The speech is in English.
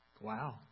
Wow